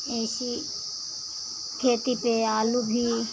ये इसी खेती पे आलू भी